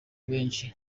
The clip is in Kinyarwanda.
benshi